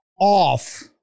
off